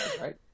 right